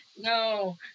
No